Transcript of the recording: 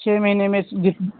छः महीने में जिसमें